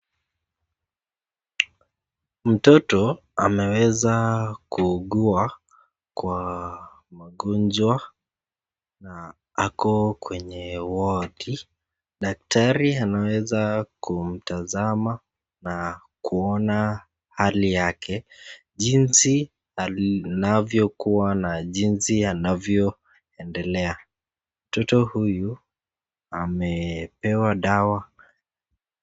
Mtoto ameweza kuugua kwa ugonjwa. Ako kwenye wodi, daktari anaweza kumtazama na kuona hali yake jinsi anavyokuwa na jinsi anavyo endelea. Mtoto huyu amepewa dawa.